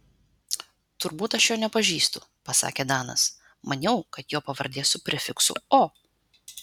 turbūt aš jo nepažįstu pasakė danas maniau kad jo pavardė su prefiksu o